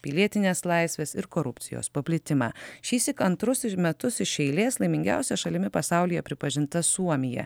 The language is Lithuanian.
pilietines laisves ir korupcijos paplitimą šįsyk antrus metus iš eilės laimingiausia šalimi pasaulyje pripažinta suomija